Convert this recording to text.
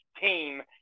team